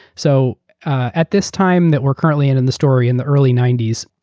so at this time that we're currently in in the story in the early ninety s,